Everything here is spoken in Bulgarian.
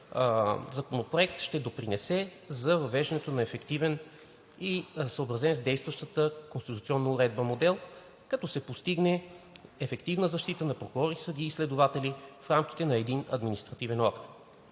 законопроект ще допринесе за въвеждането на ефективен и съобразен с действащата конституционна уредба модел, като се постигне ефективна защита на прокурори, съдии и следователи в рамките на единен административен орган.